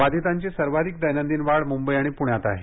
बंधितांची सर्वाधिक दैनंदिन वाढ मुंबई आणि पुण्यात आहे